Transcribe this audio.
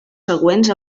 següents